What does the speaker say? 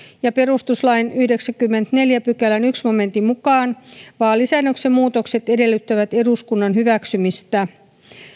ja perustuslain yhdeksännenkymmenennenneljännen pykälän ensimmäisen momentin mukaan vaalisäädöksen muutokset edellyttävät eduskunnan hyväksymistä